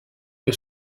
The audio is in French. que